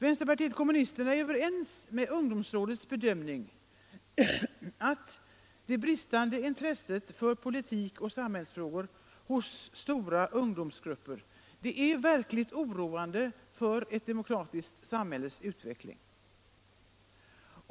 Vänsterpartiet kommunisterna är överens med ungdomsrådets bedömning att det bristande intresset för politik och samhällsfrågor hos stora ungdomsgrupper är verkligt oroande för ett demokratiskt samhälles utveckling.